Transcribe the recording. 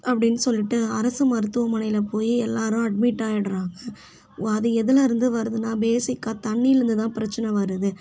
அப்படின்னு சொல்லிவிட்டு அரசு மருத்துவமனையில் போய் எல்லோரும் அட்மிட் ஆகிட்றாங்க அது எதில் இருந்து வருதுனா பேசிக்காக தண்ணிலேருந்து தான் பிரச்சனை வருது